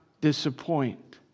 disappoint